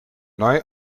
neu